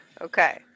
Okay